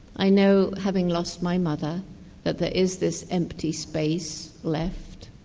i know having lost my mother that there is this empty space left,